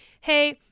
hey